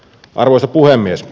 arvoisa puhemies